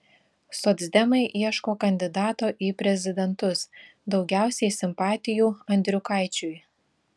socdemai ieško kandidato į prezidentus daugiausiai simpatijų andriukaičiui